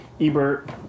Ebert